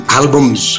albums